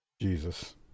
Jesus